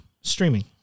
Streaming